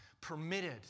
permitted